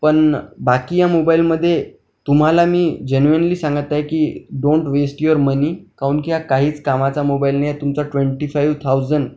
पण बाकी या मोबाईलमध्ये तुम्हाला मी जेन्युअनली सांगत आहे की डोन्ट वेस्ट युअर मनी काऊन की हा काहीच कामाचा मोबाईल नाही आहे तुमचा ट्वेन्टी फाईव्ह थाऊजन